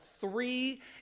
three